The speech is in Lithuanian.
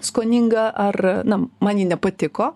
skoninga ar na man ji nepatiko